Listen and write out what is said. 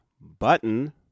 button